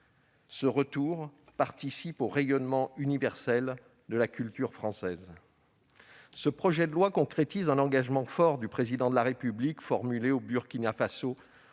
Ce retour participe au rayonnement universel de la culture française. Ce projet de loi concrétise un engagement fort du Président de la République formulé au Burkina Faso